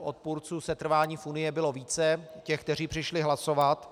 Odpůrců setrvání v Unii bylo více, těch, kteří přišli hlasovat.